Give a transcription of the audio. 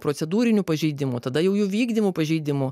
procedūrinių pažeidimų tada jau jų vykdymo pažeidimų